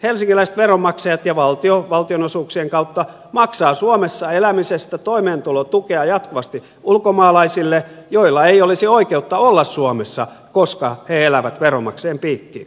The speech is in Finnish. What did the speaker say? helsinkiläiset veronmaksajat ja valtio valtionosuuksien kautta maksavat suomessa elämisestä toimeentulotukea jatkuvasti ulkomaalaisille joilla ei olisi oikeutta olla suomessa koska he elävät veronmaksajien piikkiin